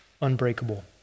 unbreakable